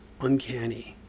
uncanny